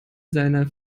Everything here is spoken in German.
seiner